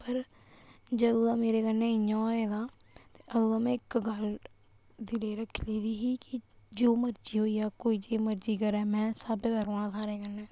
पर जदूं दा मेरे कन्नै इयां होऐ दा ते अदूं दी मैं इक गल्ल दिलै रक्खी लेदी ही कि जो मर्ज़ी होई जा कोई जियां मर्ज़ी करै में स्हाबै दा रौह्ना सारें कन्नै